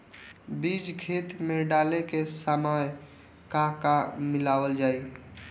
बीज खेत मे डाले के सामय का का मिलावल जाई?